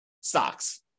stocks